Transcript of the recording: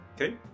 Okay